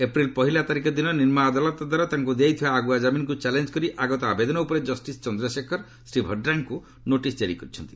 April ପହିଲା ତାରିଖ ଦିନ ନିମ୍ବ ଅଦାଲତ ଦ୍ୱାରା ତାଙ୍କୁ ଦିଆଯାଇଥିବା ଆଗୁଆ ଜାମିନ୍କୁ ଚ୍ୟାଲେଞ୍ଜ କରି ଆଗତ ଆବେଦନ ଉପରେ ଜଷ୍ଟିସ୍ ଚନ୍ଦ୍ରଶେଖର ଶ୍ରୀ ଭଡ୍ରାଙ୍କୁ ନୋଟିସ୍ ଜାରି କରିଛନ୍ତି